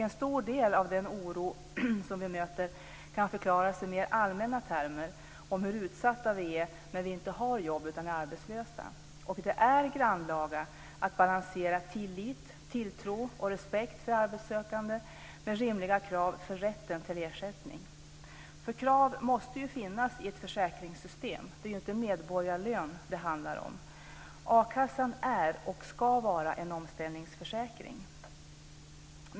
En stor del av den oro vi möter kan förklaras i mer allmänna termer av hur utsatt man är när man inte har jobb utan är arbetslös. Det är en grannlaga uppgift att balansera tillit, tilltro och respekt för arbetssökande med rimliga krav för rätten till ersättning. Krav måste finnas i ett försäkringssystem. Det är ju inte medborgarlön det handlar om. A-kassan är och ska vara en omställningsförsäkring.